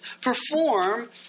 perform